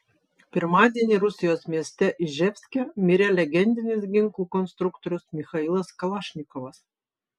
pirmadienį rusijos mieste iževske mirė legendinis ginklų konstruktorius michailas kalašnikovas